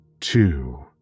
Two